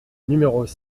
numéros